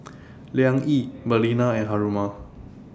Liang Yi Balina and Haruma